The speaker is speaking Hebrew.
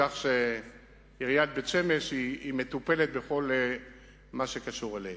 כך שעיריית בית-שמש מטופלת בכל מה שקשור אלינו.